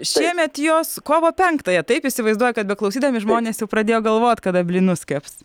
šiemet jos kovo penktąją taip įsivaizduoja kad beklausydami žmonės pradėjo galvoti kada blynus keps